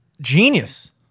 Genius